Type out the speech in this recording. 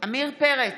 עמיר פרץ,